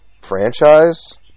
franchise